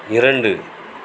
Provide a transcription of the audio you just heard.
இரண்டு